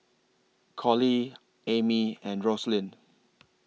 Coley Amy and Roslyn